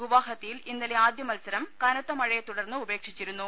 ഗുവാഹത്തിയിൽ ഇന്നലെ ആദ്യ മത്സരം കനത്ത മഴയെ തുടർന്ന് ഉപേക്ഷിച്ചിരുന്നു